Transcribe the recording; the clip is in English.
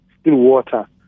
Stillwater